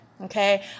okay